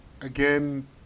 Again